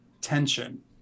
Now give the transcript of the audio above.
tension